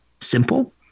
simple